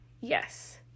yes